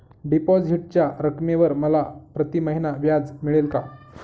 डिपॉझिटच्या रकमेवर मला प्रतिमहिना व्याज मिळेल का?